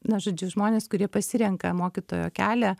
na žodžiu žmonės kurie pasirenka mokytojo kelią